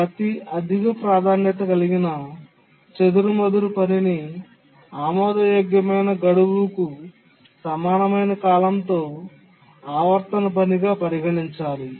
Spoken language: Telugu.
ప్రతి అధిక ప్రాధాన్యత కలిగిన చెదురుమదురు పనిని ఆమోదయోగ్యమైన గడువుకు సమానమైన కాలంతో ఆవర్తన పనిగా పరిగణించాలి